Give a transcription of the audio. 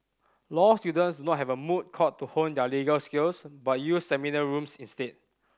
law students do not have a moot court to hone their legal skills but use seminar rooms instead